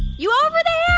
you over there?